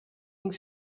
ink